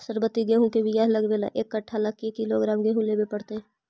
सरबति गेहूँ के बियाह लगबे ल एक कट्ठा ल के किलोग्राम गेहूं लेबे पड़तै?